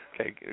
okay